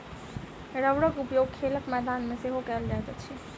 रबड़क उपयोग खेलक मैदान मे सेहो कयल जाइत अछि